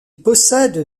possède